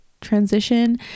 transition